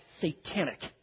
satanic